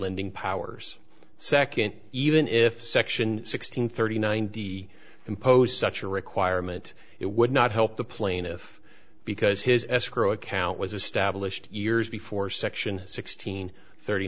lending powers second even if section sixteen thirty nine d impose such a requirement it would not help the plaintiff because his escrow account was established years before section sixteen thirty